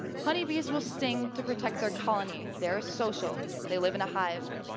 honey bees will sting to protect their colony they are social, they live in a hive.